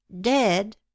Dead